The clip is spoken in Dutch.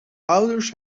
ouders